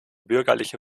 bürgerliche